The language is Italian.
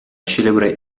celebre